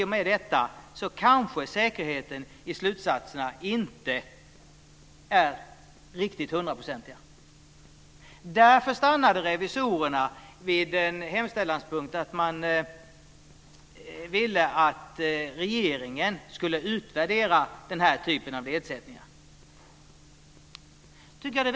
I och med detta kanske säkerheten i slutsatserna inte är riktigt hundraprocentiga. Därför stannade revisorerna vid en hemställanspunkt där det framgår att man vill att regeringen ska utvärdera den typen av nedsättningar.